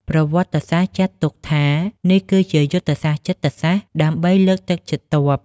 អ្នកប្រវត្តិសាស្ត្រចាត់ទុកថា នេះគឺជាយុទ្ធសាស្ត្រចិត្តសាស្ត្រដើម្បីលើកទឹកចិត្តទ័ព។